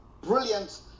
brilliant